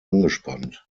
angespannt